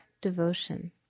devotion